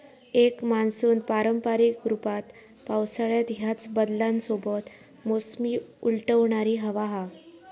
एक मान्सून पारंपारिक रूपात पावसाळ्यात ह्याच बदलांसोबत मोसमी उलटवणारी हवा हा